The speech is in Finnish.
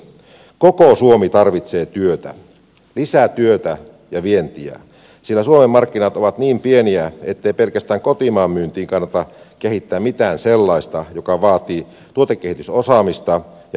koko suomi tarvitsee työtä lisää työtä ja vientiä sillä suomen markkinat ovat niin pieniä että pelkästään kotimaan myyntiin ei kannata kehittää mitään sellaista mikä vaatii tuotekehitysosaamista ja investointeja tuotantoon